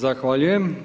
Zahvaljujem.